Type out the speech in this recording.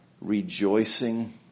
rejoicing